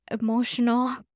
emotional